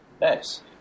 Nice